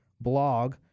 blog